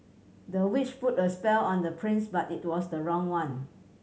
the witch put a spell on the prince but it was the wrong one